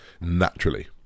naturally